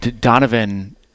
Donovan